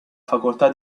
facoltà